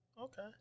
Okay